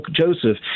Joseph